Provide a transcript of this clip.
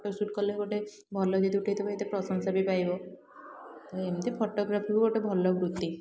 photoshoot କଲେ ଗୋଟେ ଭଲ ଯେହେତୁ ଉଠେଇଥିବ ଏତେ ପ୍ରସଂଶା ବି ପାଇବ ଏମିତି ଫଟୋଗ୍ରାଫି ଗୋଟେ ଭଲ ବୃତ୍ତି